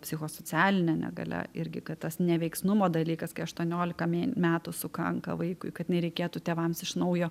psichosocialine negalia irgi kad tas neveiksnumo dalykas kai aštuoniolika mėn metų sukanka vaikui kad nereikėtų tėvams iš naujo